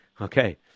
Okay